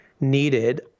needed